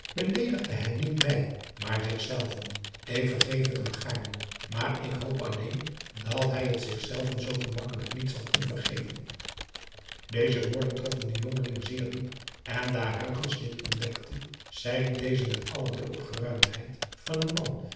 beleedigde hij niet mij maar zich zelven k vergeef het hem gaarne maar ik hoop alleen dat hij het zich zelven zoo gemakkelijk niet zal kunnen vergeven eze woorden troffen den jongeling zeer diep en daar dit ontdekte zeide deze met alle de opgeruimdheid van een man